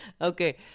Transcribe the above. Okay